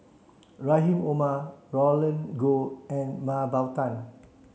Rahim Omar Roland Goh and Mah Bow Tan